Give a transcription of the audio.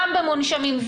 גם במונשמים.